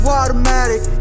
automatic